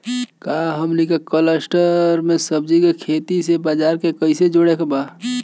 का हमनी के कलस्टर में सब्जी के खेती से बाजार से कैसे जोड़ें के बा?